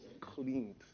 cleaned